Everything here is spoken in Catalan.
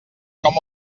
com